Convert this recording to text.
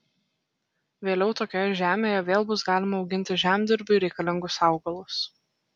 vėliau tokioje žemėje vėl bus galima auginti žemdirbiui reikalingus augalus